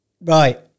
right